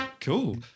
Cool